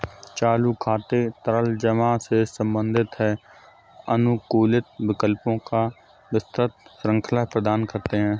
चालू खाते तरल जमा से संबंधित हैं, अनुकूलित विकल्पों की विस्तृत श्रृंखला प्रदान करते हैं